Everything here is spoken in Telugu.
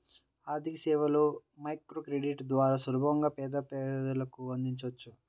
ఆర్థికసేవలను మైక్రోక్రెడిట్ ద్వారా సులభంగా పేద ప్రజలకు అందించవచ్చు